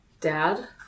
Dad